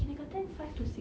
kindergarten five to six